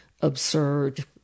absurd